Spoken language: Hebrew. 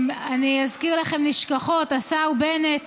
אני אזכיר לכם נשכחות: השר בנט